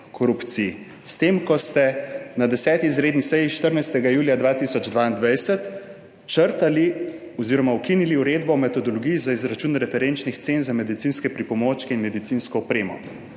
korupciji s tem, ko ste na 10. izredni seji, 14. julija 2022, črtali oziroma ukinili Uredbo o metodologiji za izračun referenčnih cen za medicinske pripomočke in medicinsko opremo